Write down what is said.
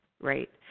right